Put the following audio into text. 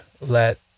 let